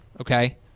okay